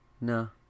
No